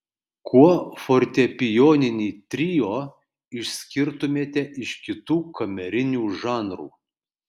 kuo fortepijoninį trio išskirtumėte iš kitų kamerinių žanrų